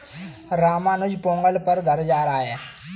रामानुज पोंगल पर घर जा रहा है